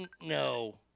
no